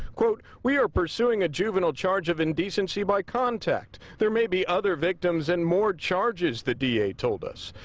quote, we are pursuing a juvenile charge of indecency by contact. there may be other victims and more charges the d a. told us.